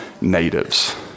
natives